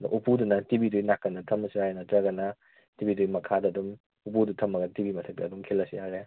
ꯑꯗꯨ ꯎꯄꯨꯗꯨꯅ ꯇꯤ ꯚꯤꯗꯨꯒꯤ ꯅꯥꯀꯟꯗ ꯊꯝꯃꯁꯨ ꯌꯥꯏ ꯅꯠꯇ꯭ꯔꯒꯅ ꯇꯤ ꯚꯤꯗꯨꯒꯤ ꯃꯈꯥꯗꯨꯗ ꯑꯗꯨꯝ ꯎꯄꯨꯗꯨ ꯊꯝꯃꯒ ꯇꯤ ꯚꯤ ꯃꯊꯛꯇ ꯑꯗꯨꯝ ꯈꯤꯜꯂꯁꯨ ꯌꯥꯔꯦ